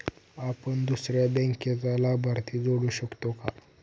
आपण दुसऱ्या बँकेचा लाभार्थी जोडू शकतो का?